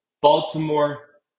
Baltimore